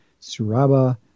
Suraba